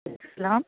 سلام